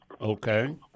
okay